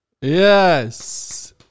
Yes